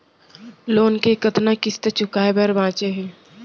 Loan के कतना किस्ती चुकाए बर बांचे हे?